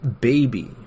Baby